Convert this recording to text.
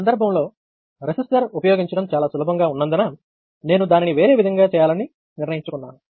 ఈ సందర్భంలో రెసిస్టర్ ఉపయోగించడం చాలా సులభంగా ఉన్నందున నేను దానిని వేరే విధంగా చేయాలని నిర్ణయించుకున్నాను